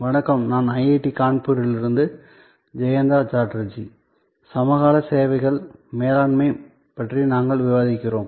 வணக்கம் நான் ஐஐடி கான்பூரிலிருந்து ஜெயந்தா சட்டர்ஜி சமகால சேவைகள் மேலாண்மை பற்றி நாங்கள் விவாதிக்கிறோம்